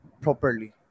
properly